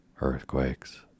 Earthquakes